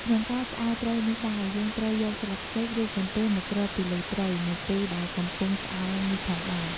ក្នុងការឆ្អើរត្រី នេះដែរ យើងត្រូវយកស្លឹកចេក ឬ កន្ទេលមកគ្របពីលើ ត្រីនៅពេលដែលកំពុងឆ្អើរនេះផងដែរ។